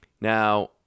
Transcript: Now